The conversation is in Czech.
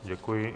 Děkuji.